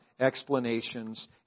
Explanations